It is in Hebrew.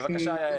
בבקשה.